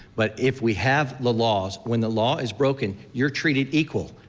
but if we have the laws, when the law is broken, you're treated equal.